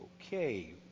Okay